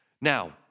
Now